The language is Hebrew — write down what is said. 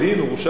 הורשע?